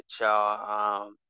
y'all